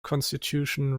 constitution